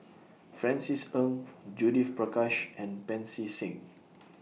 Francis Ng Judith Prakash and Pancy Seng